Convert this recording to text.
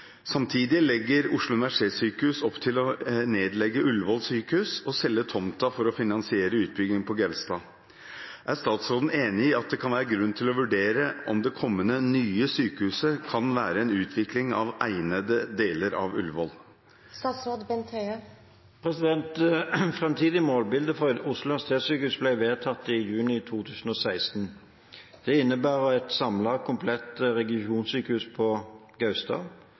Samtidig legger Oslo universitetssykehus opp til å nedlegge Ullevål sykehus og selge tomta for å finansiere utbygging på Gaustad. Er statsråden enig i at det kan være grunn til å vurdere om det kommende nye sykehuset kan være en utvikling av egnede deler av Ullevål?» Framtidig målbilde for Oslo universitetssykehus ble vedtatt i juni 2016. Det innebærer et samlet komplett regionsykehus på Gaustad,